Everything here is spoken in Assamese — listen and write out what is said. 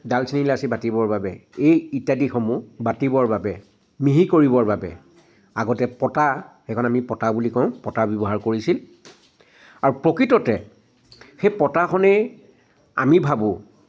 দালচেনি ইলাচি বাতিবৰ বাবে এই ইত্যাদি সমূহ বাতিবৰ বাবে মিহি কৰিবৰ বাবে আগতে পতা সেইখন আমি পতা বুলি কওঁ পতা ব্যৱহাৰ কৰিছিল আৰু প্ৰকৃততে সেই পতাখনেই আমি ভাবোঁ